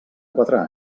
quatre